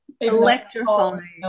electrifying